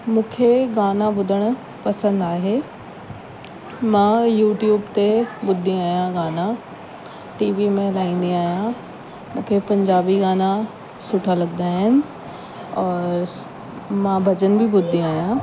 मूंखे गाना ॿुधण पसंद आहे मां यूट्यूब ते ॿुधंदी आहियां गाना टी वी में हलाईंदी आहियां मूंखे पंजाबी गाना सुठा लॻंदा आहिनि और मां भॼन बि ॿुधंदी आहियां